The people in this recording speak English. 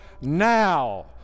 now